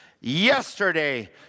yesterday